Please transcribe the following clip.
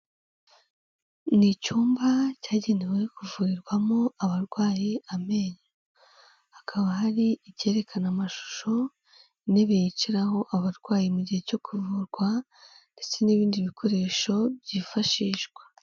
Ni icyumba cyagenewe kuvurirwamo abarwayi amenyo, hakaba hari icyerekana amashusho, intebe yicaraho abarwayi mu gihe cyo kuvurwa ndetse n'ibindi bikoresho byifashishwa.